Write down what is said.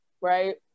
right